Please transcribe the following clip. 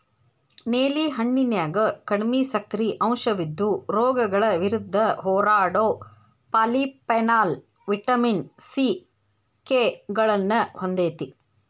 ನೇಲಿ ಹಣ್ಣಿನ್ಯಾಗ ಕಡಿಮಿ ಸಕ್ಕರಿ ಅಂಶವಿದ್ದು, ರೋಗಗಳ ವಿರುದ್ಧ ಹೋರಾಡೋ ಪಾಲಿಫೆನಾಲ್, ವಿಟಮಿನ್ ಸಿ, ಕೆ ಗಳನ್ನ ಹೊಂದೇತಿ